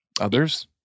others